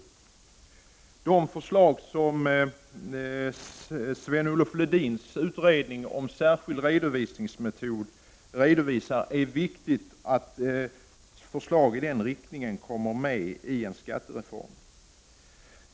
Det är viktigt att förslag i den riktning som Sven-Olof Lodins utredning om särskild redovisningsmetod kommit fram till tas med i en skattereform.